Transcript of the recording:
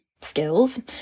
skills